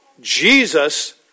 Jesus